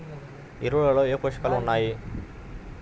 ఎరువులలో ఏ పోషకాలు ఉన్నాయి?